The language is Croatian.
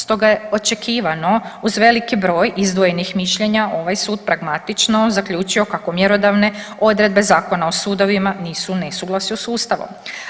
Stoga je očekivano uz veliki broj izdvojenih mišljenja ovaj sud pragmatično zaključio kako mjerodavne odredbe Zakona o sudovima nisu u nesuglasju sa Ustavom.